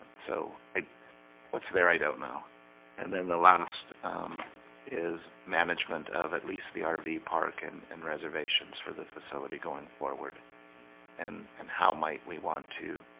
so i what's there? i don't know and then the last is management of at least the ah rv yeah park and and reservations for the facility going forward and and how might we want to